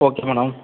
okay madam